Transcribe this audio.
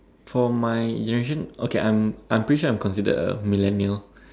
for my generation okay I'm I'm pretty sure I'm considered a millennial